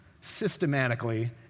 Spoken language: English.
systematically